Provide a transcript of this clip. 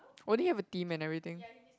won't he have a team and everything